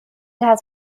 has